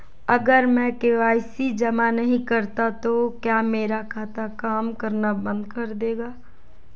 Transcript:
अगर मैं के.वाई.सी जमा नहीं करता तो क्या मेरा खाता काम करना बंद कर देगा?